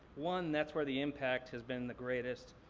one, that's where the impact has been the greatest,